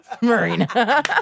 Marina